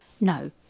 No